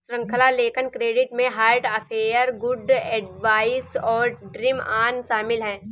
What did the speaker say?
श्रृंखला लेखन क्रेडिट में हार्ट अफेयर, गुड एडवाइस और ड्रीम ऑन शामिल हैं